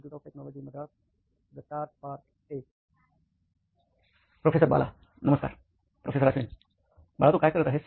professor Ashwin बाळा तू काय करत आहेस